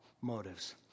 motives